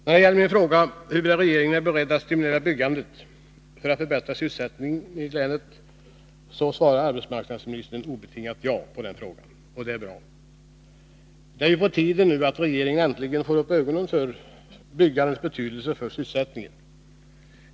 När det gäller min fråga huruvida regeringen är beredd att stimulera byggandet för att förbättra sysselsättningen i länet svarar arbetsmarknadsministern obetingat ja, och det är bra. Det är på tiden att regeringen äntligen får upp ögonen för byggandets betydelse för sysselsättningen.